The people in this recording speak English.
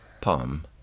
Palm